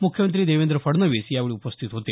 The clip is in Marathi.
मुख्यमंत्री देवेंद्र फडणवीस यावेळी उपस्थित होते